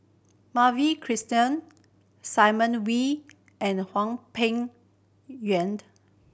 Madhavi Krishnan Simon Wee and Hwang Peng